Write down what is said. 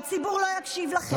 הציבור לא יקשיב לכם.